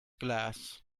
glass